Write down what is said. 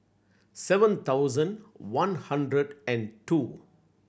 seven thousand one hundred and two